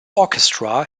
orchestra